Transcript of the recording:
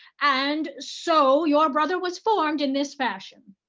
and so your brother was formed in this fashion.